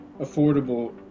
affordable